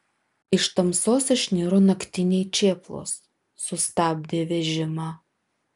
iš tamsos išniro naktiniai čėplos sustabdė vežimą